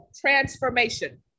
transformation